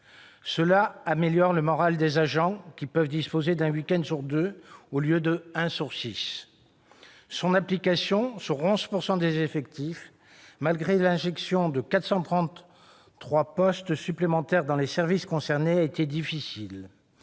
améliore le moral des agents, qui peuvent disposer d'un week-end sur deux, au lieu d'un sur six. Mais son application sur 11 % des effectifs, malgré l'injection de 433 ETP supplémentaires dans les services concernés, a été difficile.